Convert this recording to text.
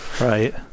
Right